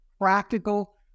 practical